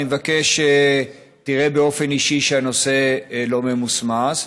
ראשית אני מבקש שתראה באופן אישי שהנושא לא ממוסמס.